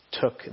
took